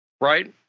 Right